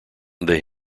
they